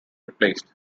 replaced